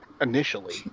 initially